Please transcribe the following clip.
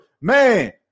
Man